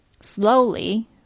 slowly